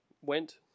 went